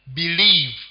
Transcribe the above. believe